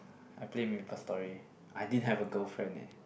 I play Maplestory I did have a girlfriend leh